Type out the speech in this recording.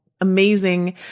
Amazing